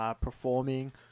performing